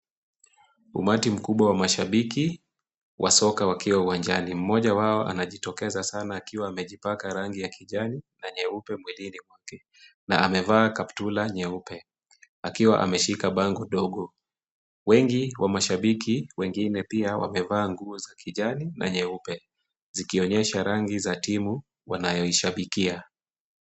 Umati mkubwa wa mashabiki. Wa soka wakiwa uwanjani. Mmoja wao anajitokeza sana akiwa amejipaka rangi ya kijani, na nyeupe mwilini mwake. Na amevaa kaptula nyeupe. Akiwa ameshika bango dogo. Wengi wa mashabiki wengine pia wamevaa nguo za kijani, na nyeupe. Zikionyesha rangi za timu wanayo ishabikia.